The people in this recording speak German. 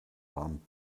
warm